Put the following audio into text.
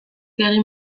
egin